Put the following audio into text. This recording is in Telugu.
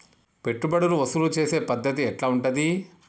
పెట్టుబడులు వసూలు చేసే పద్ధతి ఎట్లా ఉంటది?